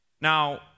Now